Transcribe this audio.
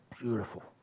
beautiful